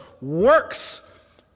works